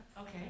Okay